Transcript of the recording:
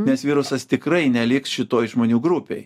nes virusas tikrai neliks šitoj žmonių grupėj